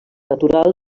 natural